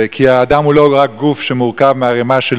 כי האדם הוא לא רק גוף שמורכב מערימה של